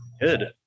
Good